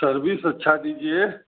service अच्छा दीजिये